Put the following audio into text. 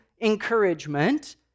encouragement